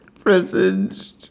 Presaged